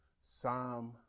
Psalm